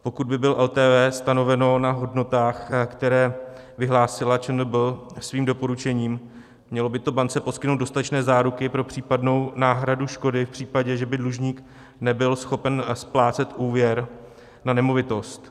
Pokud by bylo LTV stanoveno na hodnotách, které vyhlásila ČNB svým doporučením, mělo by to bance poskytnout dostatečné záruky pro případnou náhradu škody v případě, že by dlužník nebyl schopen splácet úvěr na nemovitost.